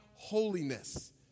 Holiness